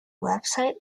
website